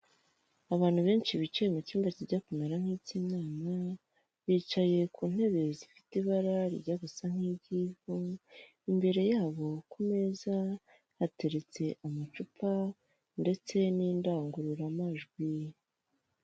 Abantu benshi bicaye mu cyumba kijya kumera nk'ik'inama bicaye ku ntebe zifite ibara rijya gusa nk'iry'ivu, imbere yabo ku meza hateretse amacupa ndetse n'indangururamajwi.